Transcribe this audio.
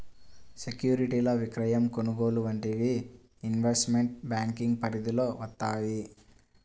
సెక్యూరిటీల విక్రయం, కొనుగోలు వంటివి ఇన్వెస్ట్మెంట్ బ్యేంకింగ్ పరిధిలోకి వత్తయ్యి